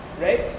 right